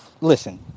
listen